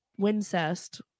Wincest